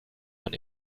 man